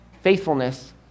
faithfulness